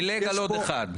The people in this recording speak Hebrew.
יש פה שני מהלכים.